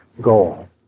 goal